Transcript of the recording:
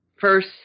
first